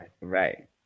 Right